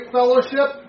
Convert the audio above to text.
fellowship